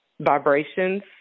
vibrations